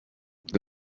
ndi